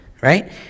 right